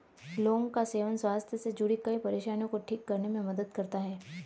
लौंग का सेवन स्वास्थ्य से जुड़ीं कई परेशानियों को ठीक करने में मदद करता है